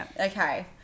Okay